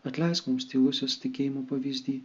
atleisk mums tylusis tikėjimo pavyzdį